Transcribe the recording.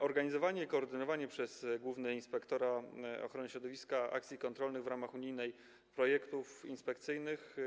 Organizowanie i koordynowanie przez Główny Inspektorat Ochrony Środowiska akcji kontrolnych odbywa się w ramach unijnych projektów inspekcyjnych.